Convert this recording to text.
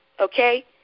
Okay